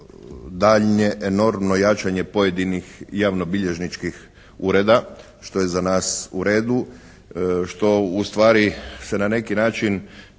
daljnje enormno jačanje pojedinih javnobilježničkih ureda što je za nas u redu, što ustvari se na neki način čini jedno